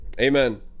Amen